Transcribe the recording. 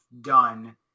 done